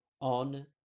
on